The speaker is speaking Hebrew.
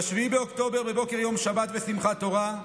ב-7 באוקטובר, בבוקר יום שבת ושמחת תורה,